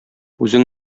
үзең